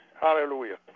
Hallelujah